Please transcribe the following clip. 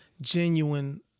genuine